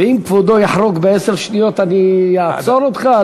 ואם כבודו יחרוג בעשר שניות, אני אעצור אותך?